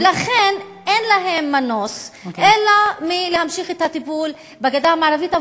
ולכן אין להם מנוס אלא להמשיך את הטיפול בגדה המערבית.